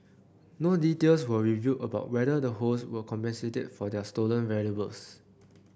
no details were revealed about whether the host were compensated for their stolen valuables